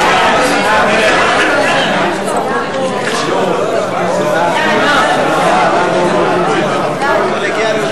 הצעת סיעות חד"ש רע"ם-תע"ל בל"ד להביע אי-אמון